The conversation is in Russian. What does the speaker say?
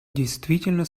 действительно